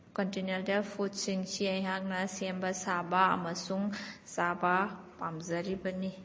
continental ꯐꯨꯠꯁꯤꯡꯑꯁꯤ ꯑꯩꯍꯥꯛꯅ ꯁꯦꯝꯕ ꯁꯥꯕ ꯑꯃꯁꯨꯡ ꯆꯥꯕ ꯄꯥꯝꯖꯔꯤꯕꯅꯤ